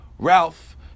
Ralph